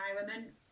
environment